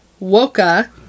Woka